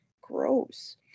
gross